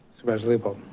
supervisor leopold?